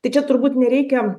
tai čia turbūt nereikia